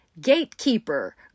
gatekeeper